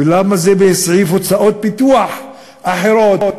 ולמה זה בסעיף "הוצאות פיתוח אחרות"?